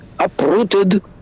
uprooted